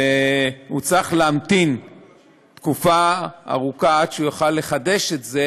והוא צריך להמתין תקופה ארוכה עד שהוא יוכל לחדש אותו,